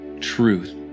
truth